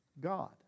God